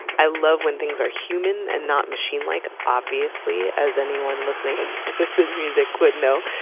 i love when things are human and not machine-like obviously, as anyone listening to this music would know.